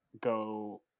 go